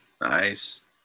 Nice